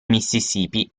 mississippi